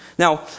Now